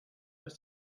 hast